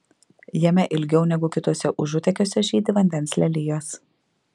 jame ilgiau negu kituose užutėkiuose žydi vandens lelijos